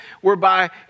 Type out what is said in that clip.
whereby